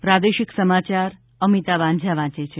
પ્રાદેશિક સમાચાર અમિતા વાંઝા વાંચ છે